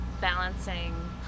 balancing